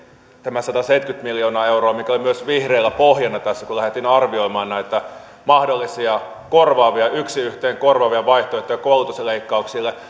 tämä sataseitsemänkymmentä miljoonaa euroa oli myös vihreillä pohjana tässä kun lähdimme arvioimaan näitä mahdollisia korvaavia yksi yhteen vaihtoehtoja koulutusleikkauksille